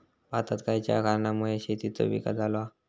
भारतात खयच्या कारणांमुळे शेतीचो विकास झालो हा?